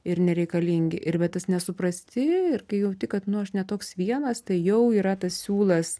ir nereikalingi ir vat ir nesuprasti ir kai jauti kad nu aš ne toks vienas tai jau yra tas siūlas